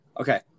Okay